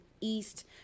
East